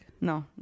No